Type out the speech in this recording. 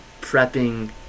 prepping